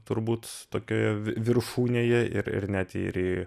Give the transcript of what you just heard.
turbūt tokioje viršūnėje ir net ir į